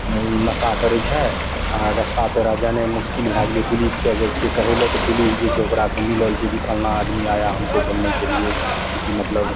ओ नशा करै छै आओर ओ रस्ता पेड़ा जेनाइ मोसकिल भए गेलै पुलिसके जाइ छिए कहैलए तऽ पुलिस जे छै ओकरासे मिलल छै कि फल्लाँ आदमी आया हमको बोलने के लिए कि मतलब